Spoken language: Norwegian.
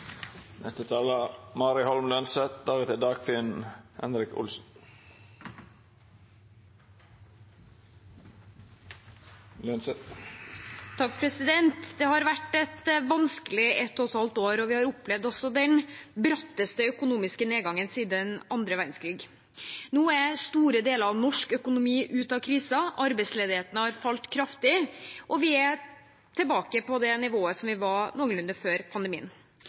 Det har vært et vanskelig halvannet år, og vi har også opplevd den bratteste økonomiske nedgangen siden annen verdenskrig. Nå er store deler av norsk økonomi ute av krisen, arbeidsledigheten har falt kraftig, og vi er noenlunde tilbake på det nivået vi var på før pandemien.